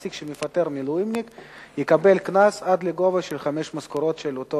המעסיק שמפטר מילואימניק יקבל קנס עד לגובה של חמש משכורות של אותו